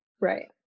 right